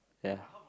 ya